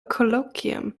colloquium